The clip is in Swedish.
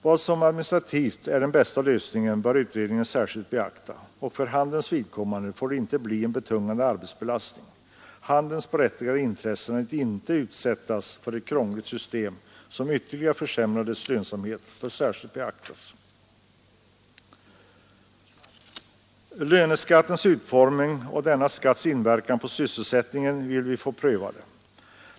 Vad som administrativt är den bästa lösningen bör utredningen särskilt beakta, och för handelns vidkommande får det inte bli en betungande arbetsbelastning. Handelns berättigade intresse av att inte utsättas för ett krångligt system, som ytterligare försämrar dess lönsamhet, bör särskilt uppmärksammas. Löneskattens utformning och denna skatts inverkan på sysselsättningen vill vi få prövade.